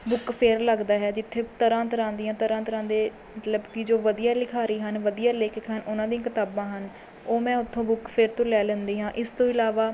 book fair ਲੱਗਦਾ ਹੈ ਜਿੱਥੇ ਤਰ੍ਹਾਂ ਤਰ੍ਹਾਂ ਦੀਆਂ ਤਰ੍ਹਾਂ ਤਰ੍ਹਾਂ ਦੇ ਮਤਲਬ ਕਿ ਜੋ ਵਧੀਆ ਲਿਖਾਰੀ ਹਨ ਵਧੀਆ ਲੇਖਕ ਹਨ ਉਹਨਾਂ ਦੀਆਂ ਕਿਤਾਬਾਂ ਹਨ ਉਹ ਮੈਂ ਉਥੋਂ ਬੁੱਕ ਫਿਰ ਤੋਂ ਲੈ ਲੈਂਦੀ ਹਾਂ ਇਸ ਤੋਂ ਇਲਾਵਾ